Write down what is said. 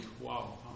wow